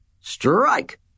Strike